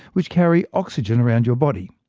which carry oxygen around your body.